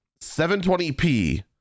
720p